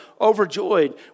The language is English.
overjoyed